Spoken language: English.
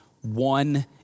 one